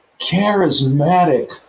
charismatic